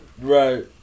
Right